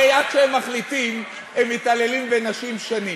הרי עד שהם מחליטים הם מתעללים בנשים שנים.